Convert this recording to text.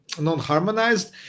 non-harmonized